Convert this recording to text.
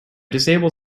disabled